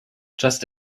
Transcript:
just